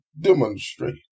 demonstrate